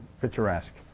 picturesque